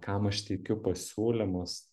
kam aš teikiu pasiūlymus